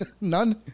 none